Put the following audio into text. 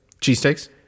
Cheesesteaks